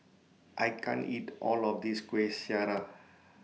I can't eat All of This Kueh Syara